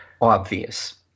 obvious